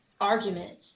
argument